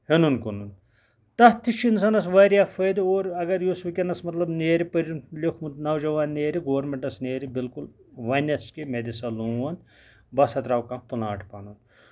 ہیٚنُن کٕنُن تَتھ تہِ چھُ اِنسانَس واریاہ فٲیدٕ اور اَگر یُس ؤنکیٚنَس مطلب نیرِ پٔرِتھ لیوٗکھمُت نوجاوان نیرِ گورمینٹَس نیرِ بِلکُل وَنیس کہِ مےٚ دِسا لون بہٕ ہسا تراوٕ کانہہ پٔلانٹ پَنُن